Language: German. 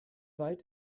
weit